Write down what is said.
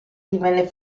divenne